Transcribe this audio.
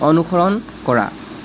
অনুসৰণ কৰা